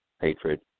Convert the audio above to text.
hatred